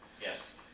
Yes